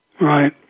right